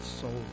soul